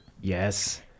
Yes